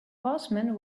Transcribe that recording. horseman